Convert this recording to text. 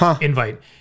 invite